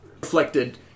reflected